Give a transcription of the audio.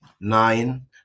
Nine